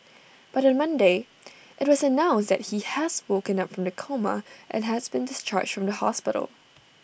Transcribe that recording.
but on Monday IT was announced that he has woken up from the coma and has been discharged from hospital